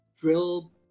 drill